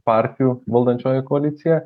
partijų valdančioji koalicija